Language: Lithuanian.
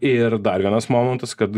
ir dar vienas momentas kad